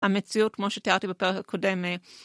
המציאות כמו שתיארתי בפרק הקודם.